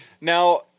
Now